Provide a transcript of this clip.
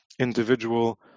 individual